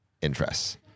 interests